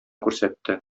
күрсәтте